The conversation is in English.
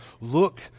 look